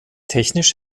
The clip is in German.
technisch